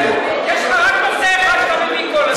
יש לך רק נושא אחד שאתה מביא כל הזמן.